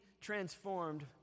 transformed